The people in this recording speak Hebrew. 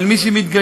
אבל מי שמתגייס